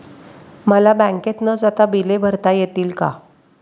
मला बँकेत न जाता बिले भरता येतील का?